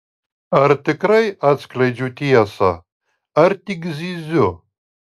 ar tikrai atskleidžiu tiesą ar tik zyziu